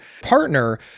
partner